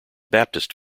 baptist